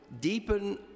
deepen